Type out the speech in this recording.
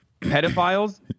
pedophiles